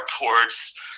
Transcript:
airports